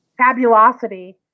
fabulosity